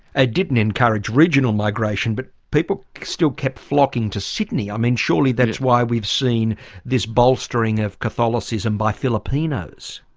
ah didn't encourage regional migration, but people still kept flocking to sydney. i mean, surely that's why we've seen this bolstering of catholicism by filipinos.